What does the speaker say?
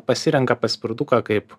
pasirenka paspirtuką kaip